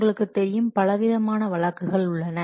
உங்களுக்கு தெரியும் பலவிதமான வழக்குகள் உள்ளன